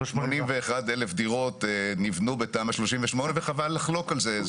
81,000 דירות נבנו בתמ"א 38 וחבל לחלוק על זה.